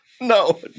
No